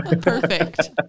perfect